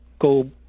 go